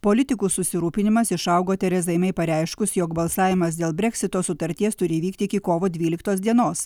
politikų susirūpinimas išaugo terezai mei pareiškus jog balsavimas dėl breksito sutarties turi įvykti iki kovo dvyliktos dienos